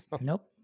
Nope